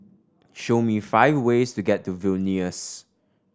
show me five ways to get to Vilnius